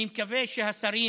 אני מקווה שהשרים